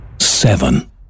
Seven